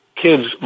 kid's